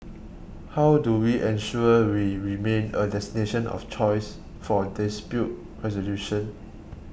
how do we ensure we remain a destination of choice for dispute resolution